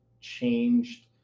changed